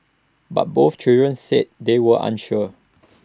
but both children said they were unsure